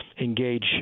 engage